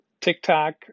TikTok